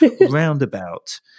Roundabout